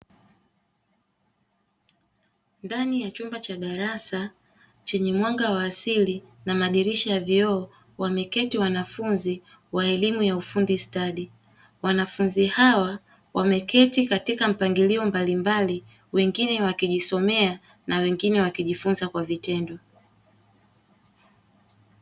Ndani ya chumba cha darasa chenye mwanga wa asili na madirisha ya vioo, wameketi wanafunzi wa elimu ya ufundi stadi. Wanafunzi hawa wameketi katika mpangilio mbalimbali, wengine wakijisomea na wengine wakijifunza kwa vitendo.